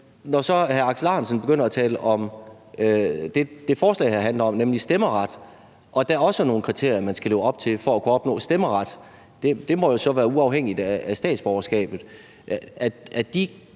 når hr. Alex Ahrendtsen så begynder at tale om det, som det her forslag handler om, nemlig stemmeret, og at der også er nogle kriterier, som man skal leve op til for at kunne opnå stemmeret, så må det være uafhængigt af statsborgerskabet.